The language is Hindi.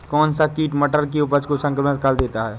कौन सा कीट मटर की उपज को संक्रमित कर देता है?